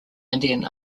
indian